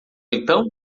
então